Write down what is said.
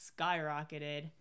skyrocketed